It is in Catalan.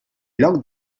lloc